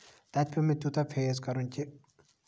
تَتہِ پیوٚو مےٚ تیوٗتاہ فیس کَرُن کہِ